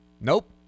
Nope